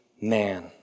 man